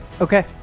okay